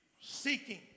seeking